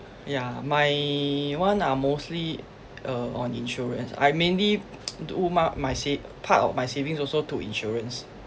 yeah my one are mostly uh on insurance I mainly do my sa~ part of my savings also to insurance